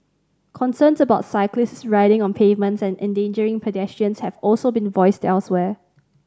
concerns about cyclists riding on pavements and endangering pedestrians have also been voiced elsewhere